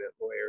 lawyer